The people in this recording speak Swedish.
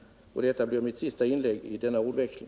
Detta blir mitt sista inlägg i denna ordväxling.